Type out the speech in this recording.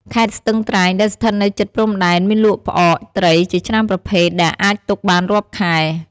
ខេត្តស្ទឹងត្រែង ដែលស្ថិតនៅជិតព្រំដែន មានលក់ផ្អកត្រីជាច្រើនប្រភេទដែលអាចទុកបានរាប់ខែ។